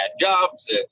jobs